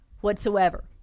whatsoever